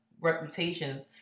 reputations